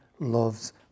Loves